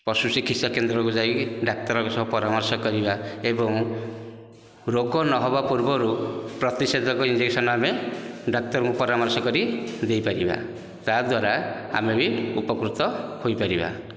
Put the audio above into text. ପଶୁ ଚିକିତ୍ସା କେନ୍ଦ୍ରକୁ ଯାଇକି ଡାକ୍ତରଙ୍କ ସହ ପରାମର୍ଶ କରିବା ଏବଂ ରୋଗ ନ ହେବା ପୂର୍ବରୁ ପ୍ରତିଷେଧକ ଇଞ୍ଜେକ୍ସନ ଆମେ ଡାକ୍ତରଙ୍କୁ ପରାମର୍ଶ କରି ଦେଇପାରିବା ତା'ଦ୍ୱାରା ଆମେ ବି ଉପକୃତ ହୋଇ ପାରିବା